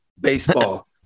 Baseball